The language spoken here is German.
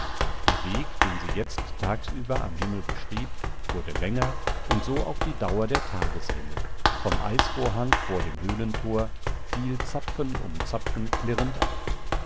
der weg den sie jetzt tagsüber am himmel beschrieb wurde länger und so auch die dauer der tageshelle vom eisvorhang vor dem höhlentor fiel zapfen um zapfen klirrend ab